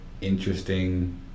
interesting